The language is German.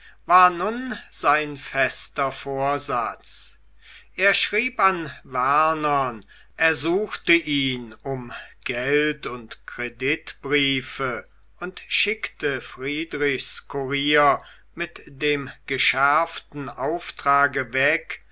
war nun sein fester vorsatz er schrieb an wernern ersuchte ihn um geld und kreditbriefe und schickte friedrichs kurier mit dem geschärften auftrage weg